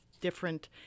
different